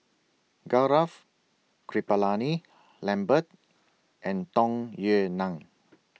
Gaurav Kripalani Lambert and Tung Yue Nang